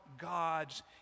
God's